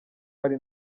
ari